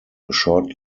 short